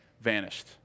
vanished